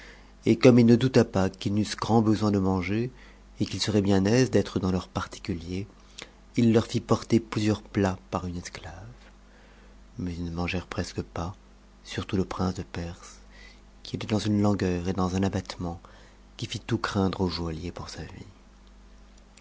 et comme il ne douta pas qu'ils n'eussent grand besoin de manger et qu'ils seraient bien aises d'être dans leur particulier il leur fit porter plusieurs plats par une esclave mais ils ne mangèrent presque pas surtout le prince de perse qui était dans une langueur et dans un abattement qui lit tout craindre au joaillier pour sa vie